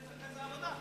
תביא את זה למרכז העבודה.